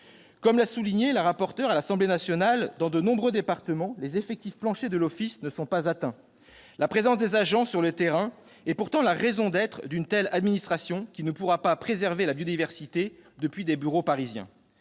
Comme l'a souligné la rapporteure à l'Assemblée nationale, dans de nombreux départements, les effectifs planchers de l'office ne sont pas atteints ... La présence des agents sur le terrain est pourtant la raison d'être d'une telle administration, qui ne pourra pas préserver la biodiversité depuis des bureaux parisiens.